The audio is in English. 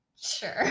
sure